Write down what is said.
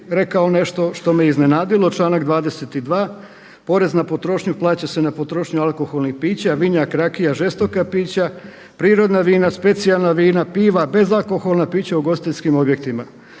rekao nešto što me iznenadilo, članak 22. porez na potrošnju plaća se na potrošnju alkoholnih pića (vinjak, rakija, žestoka pića), prirodna vina, specijalna vina, piva, bezalkoholna pića ugostiteljskim objektima